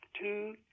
two